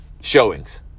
showings